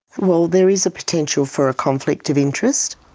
well there is a potential for a conflict of interest.